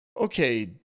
okay